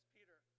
Peter